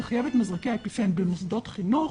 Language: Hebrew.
שחייב את מזרקי האפיפן במוסדות חינוך,